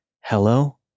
Hello